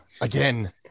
Again